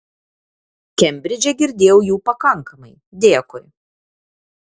kembridže girdėjau jų pakankamai dėkui